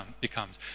becomes